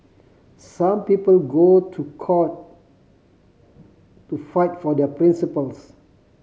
some people go to court to fight for their principles